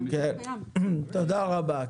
תודה רבה.